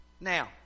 Now